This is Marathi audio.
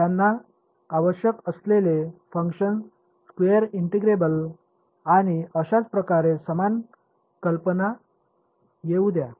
त्यांना आवश्यक असलेले फंक्शन स्क्वेअर इंटिग्रेबल आणि अशाच प्रकारे समान कल्पना येऊ द्या